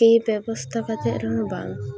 ᱠᱮ ᱵᱮᱵᱚᱥᱛᱟ ᱠᱟᱛᱮᱫ ᱨᱮᱦᱚᱸ ᱵᱟᱝ